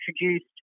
introduced